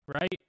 Right